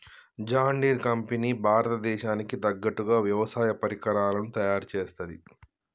John Deere company భారత దేశానికి తగ్గట్టుగా వ్యవసాయ పరికరాలను తయారుచేస్తది